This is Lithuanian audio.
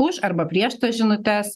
už arba prieš tas žinutes